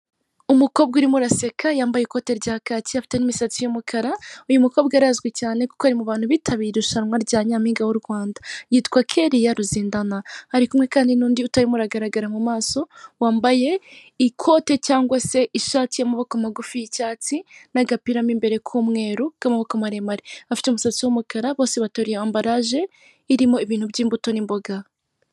Umukobwa urimo uraseka yambaye ikote rya kaki afite n'imisatsi y'umukara, uyu mukobwa arazwi cyane kuko ari mu bantu bitabiriye irushanwa rya Nyampinga w'u Rwanda yitwa Kellia RUZINDANA, ari kumwe kandi n'undi utari mo uragaragara mu maso wambaye ikote cyangwa se ishati y'amaboko amagufi y'icyatsi n'agapira mo imbere k'umweru k'amaboko maremare, afite umusatsi w'umukara bose bateruye ambaraje irimo ibintu by'imbuto n'imboga.